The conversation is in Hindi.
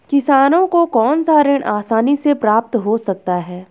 किसानों को कौनसा ऋण आसानी से प्राप्त हो सकता है?